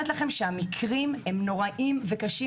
המקרים הם באמת נוראים וקשים,